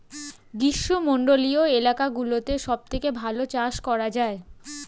গ্রীষ্মমণ্ডলীয় এলাকাগুলোতে সবথেকে ভালো চাষ করা যায়